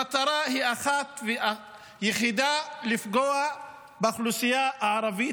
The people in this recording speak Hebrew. המטרה היא אחת ויחידה: לפגוע באוכלוסייה הערבית,